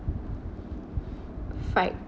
fried